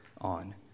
on